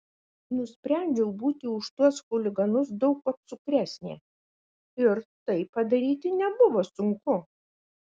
nusprendžiau būti už tuos chuliganus daug apsukresnė ir tai padaryti nebuvo sunku